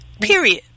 period